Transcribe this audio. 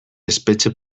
espetxe